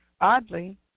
Oddly